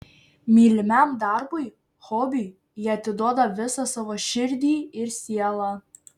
mylimam darbui hobiui jie atiduoda visą savo širdį ir sielą